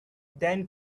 then